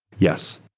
yes.